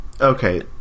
Okay